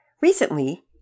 Recently